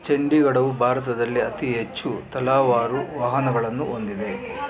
ಚಂಢೀಗಢವು ಭಾರತದಲ್ಲಿ ಅತಿ ಹೆಚ್ಚು ತಲಾವಾರು ವಾಹನಗಳನ್ನು ಹೊಂದಿದೆ